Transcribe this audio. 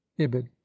Ibid